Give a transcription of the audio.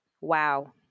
Wow